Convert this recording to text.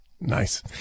Nice